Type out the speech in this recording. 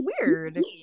weird